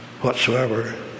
whatsoever